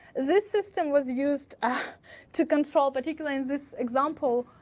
this system was used ah to control particularly this example